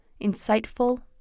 insightful